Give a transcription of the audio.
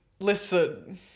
Listen